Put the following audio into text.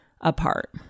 apart